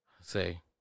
say